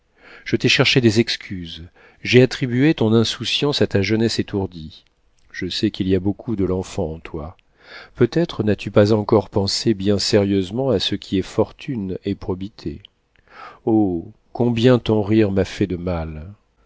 je t'ai cherché des excuses j'ai attribué ton insouciance à ta jeunesse étourdie je sais qu'il y a beaucoup de l'enfant en toi peut-être n'as-tu pas encore pensé bien sérieusement à ce qui est fortune et probité oh combien ton rire m'a fait de mal